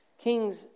Kings